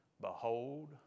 behold